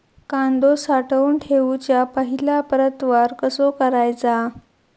कांदो साठवून ठेवुच्या पहिला प्रतवार कसो करायचा?